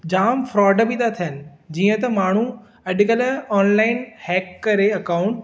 जाम fraud बि ता थियनि जीअं त माण्हू अॼुकल्ह हैक करे अकाउंट